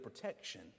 protection